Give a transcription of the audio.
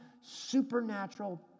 supernatural